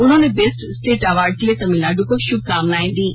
उन्होंने best state award के लिए तमिलनाड़ को श्भकामनाएं दीं